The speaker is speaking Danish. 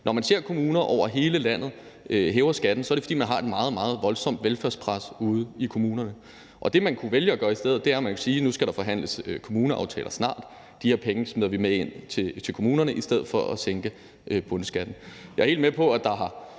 Når man ser kommuner over hele landet hæve skatten, er det, fordi der er et meget, meget voldsomt velfærdspres ude i kommunerne, og det, man kunne vælge at gøre i stedet, er, at man kunne sige: Nu skal der snart forhandles kommuneaftaler, så vi tager de her penge med til kommunerne i stedet for at sænke bundskatten. Jeg er helt med på, at der har